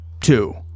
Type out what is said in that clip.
two